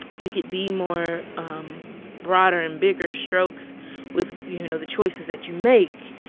you could be more um broader and bigger strokes with, you know, the choices that you make.